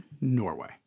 Norway